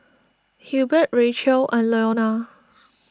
Hilbert Rachael and Leona